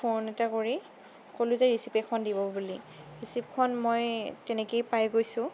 phone এটা কৰি কলোঁ যে ৰিচিপ্ট এটা দিব বুলি ৰিচিপ্টখন মই তেনেকেই পাই গৈছোঁ